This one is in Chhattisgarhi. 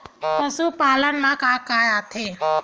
पशुपालन मा का का आथे?